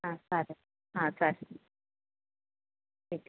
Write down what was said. हां चालेल हां चालेल ठीक